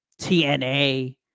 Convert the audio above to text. TNA